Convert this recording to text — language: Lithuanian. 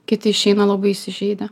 kiti išeina labai įsižeidę